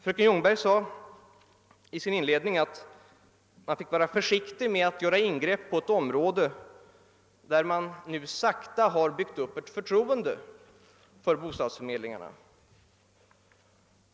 Fröken Ljungberg sade i sin inledning att man fick vara försiktig med att göra ingrepp på detta område, där man nu sakta har byggt upp ett förtroende för bostadsförmedlingarna.